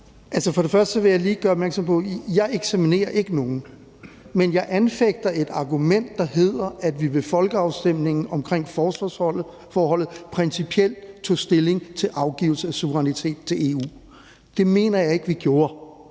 ikke eksaminerer nogen, men jeg anfægter et argument, der hedder, at vi ved folkeafstemningen omkring forsvarsforbeholdet principielt tog stilling til afgivelse af suverænitet til EU. Det mener jeg ikke at vi gjorde,